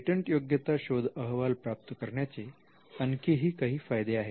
पेटंटयोग्यता शोध अहवाल प्राप्त करण्याचे आणखीही काही फायदे आहेत